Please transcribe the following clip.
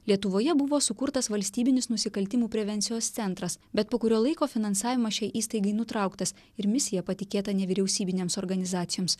lietuvoje buvo sukurtas valstybinis nusikaltimų prevencijos centras bet po kurio laiko finansavimas šiai įstaigai nutrauktas ir misija patikėta nevyriausybinėms organizacijoms